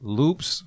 loops